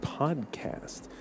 podcast